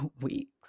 weeks